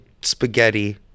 spaghetti